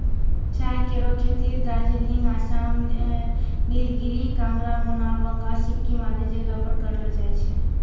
चाय केरो खेती दार्जिलिंग, आसाम, नीलगिरी, कांगड़ा, मुनार, बंगाल, सिक्किम आदि जगह पर करलो जाय छै